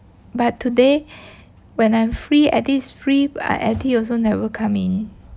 but today when I'm free eddy is free but eddy also never come in